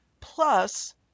Plus